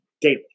daily